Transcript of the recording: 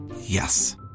Yes